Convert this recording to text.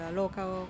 local